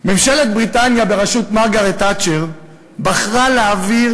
ממשלת בריטניה בראשות מרגרט תאצ'ר בחרה להעביר